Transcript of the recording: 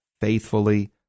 faithfully